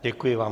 Děkuji vám.